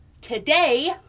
Today